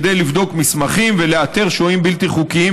כדי לבדוק מסמכים ולאתר שוהים בלתי חוקיים